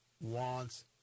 wants